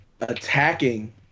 attacking